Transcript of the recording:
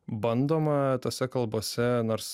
bandoma tose kalbose nors